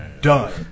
done